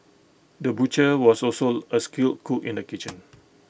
the butcher was also A skilled cook in the kitchen